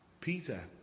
Peter